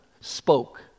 spoke